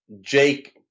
Jake